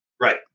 Right